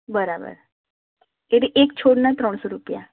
બરાબર એટલે એક છોડના ત્રણસો રૂપિયા